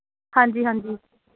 ਹਾਂਜੀ ਹਾਂਜੀ